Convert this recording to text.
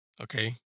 Okay